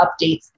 updates